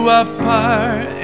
apart